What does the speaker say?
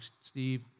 Steve